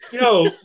Yo